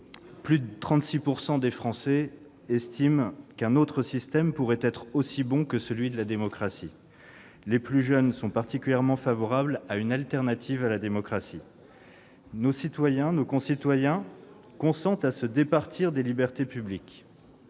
Plus de 36 % des Français estiment qu'un autre système pourrait être aussi bon que celui de la démocratie. Les plus jeunes sont particulièrement favorables à une alternative à la démocratie. Nos concitoyens consentent à se départir des libertés publiques